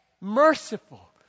Merciful